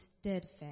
steadfast